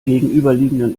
gegenüberliegenden